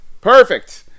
perfect